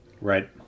Right